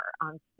on